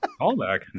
Callback